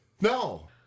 No